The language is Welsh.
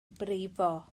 brifo